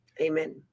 Amen